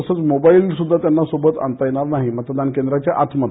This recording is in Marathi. तसंच मोबाईल स्दृधा त्यांना सोबत आणता येणार नाही मतदान केंद्राच्या आतमध्ये